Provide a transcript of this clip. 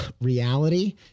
reality